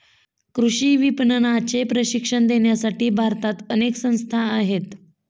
कृषी विपणनाचे प्रशिक्षण देण्यासाठी भारतात अनेक संस्था आहेत